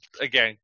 again